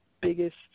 biggest